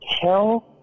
tell